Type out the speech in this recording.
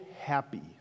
happy